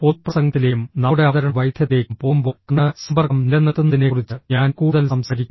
പൊതുപ്രസംഗത്തിലേക്കും നമ്മുടെ അവതരണ വൈദഗ്ധ്യത്തിലേക്കും പോകുമ്പോൾ കണ്ണ് സമ്പർക്കം നിലനിർത്തുന്നതിനെക്കുറിച്ച് ഞാൻ കൂടുതൽ സംസാരിക്കും